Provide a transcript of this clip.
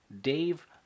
Dave